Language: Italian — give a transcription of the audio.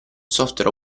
software